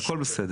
הכל בסדר.